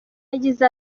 yagize